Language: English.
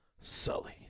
Sully